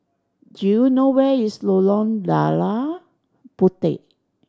do you know where is Lorong Lada Puteh